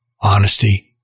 honesty